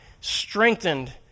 strengthened